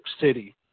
city